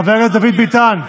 חבר הכנסת דוד ביטן,